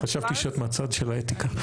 חשבתי שאת מהצד של האתיקה, מתנצל.